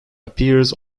appears